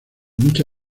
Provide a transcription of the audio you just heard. mucha